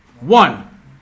One